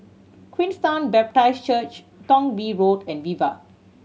Queenstown Baptist Church Thong Bee Road and Viva